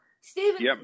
Stephen